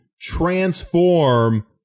transform